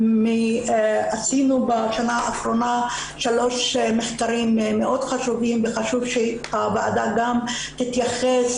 עשינו בשנה האחרונה שלושה מחקרים מאוד חשובים וחשוב שהוועדה גם תתייחס